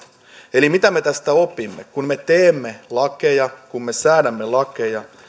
eli mitä me tästä opimme kun me teemme lakeja kun me säädämme lakeja